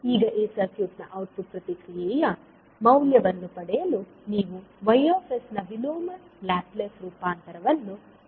ಈಗ ಈ ಸರ್ಕ್ಯೂಟ್ ನ ಔಟ್ಪುಟ್ ಪ್ರತಿಕ್ರಿಯೆಯ ಮೌಲ್ಯವನ್ನು ಪಡೆಯಲು ನೀವು Y ನ ವಿಲೋಮ ಲ್ಯಾಪ್ಲೇಸ್ ರೂಪಾಂತರವನ್ನು ತೆಗೆದುಕೊಳ್ಳಬಹುದು